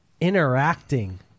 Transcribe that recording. interacting